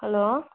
hello